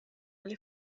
alle